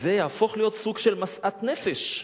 וזה יהפוך להיות סוג של משאת נפש,